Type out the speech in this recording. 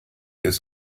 ist